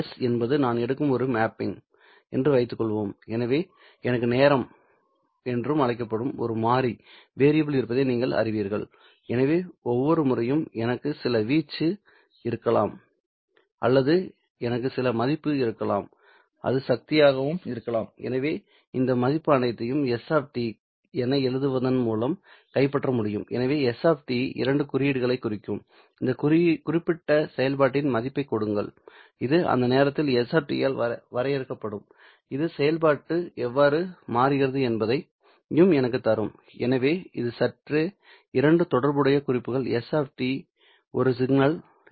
S என்பது நான் எடுக்கும் ஒரு மேப்பிங் என்று வைத்துக்கொள்வோம் எனவே எனக்கு நேரம் என்று அழைக்கப்படும் ஒரு மாறி இருப்பதை நீங்கள் அறிவீர்கள் எனவே ஒவ்வொரு முறையும் எனக்கு சில வீச்சு இருக்கலாம் அல்லது எனக்கு சில மதிப்பு இருக்கலாம் அது சக்தியாகவும் இருக்கலாம் எனவே இந்த மதிப்புகள் அனைத்தையும் s என எழுதுவதன் மூலம் கைப்பற்ற முடியும் எனவே s இரண்டு குறியீடுகளைக் குறிக்கும் இந்த குறிப்பிட்ட செயல்பாட்டின் மதிப்பைக் கொடுங்கள்இது அந்த நேரத்தில் s ஆல் வரையறுக்கப்படும் இது செயல்பாடு எவ்வாறு மாறுகிறது என்பதையும் எனக்குத் தரும் எனவே இது சற்றே இரண்டு தொடர்புடைய குறிப்புகள் s ஒரு சிக்னல் என்று கூறி சுருக்கிக் கொண்டிருக்கிறோம்